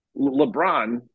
LeBron